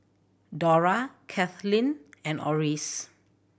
Dora Cathleen and Orris